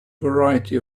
variety